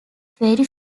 very